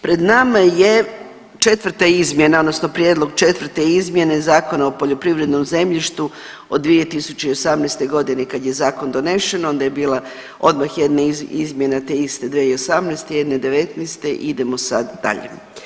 Pred nama je 4. izmjena odnosno prijedlog 4. izmjene Zakona o poljoprivrednom zemljištu od 2018.g., kad je zakon donesen onda je bila odmah jedna izmjena te iste 2018., jedna '19. i idemo sad dalje.